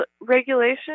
regulation